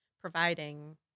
providing